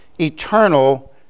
eternal